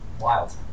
Wild